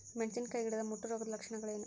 ಮೆಣಸಿನಕಾಯಿ ಗಿಡದ ಮುಟ್ಟು ರೋಗದ ಲಕ್ಷಣಗಳೇನು?